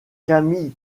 camille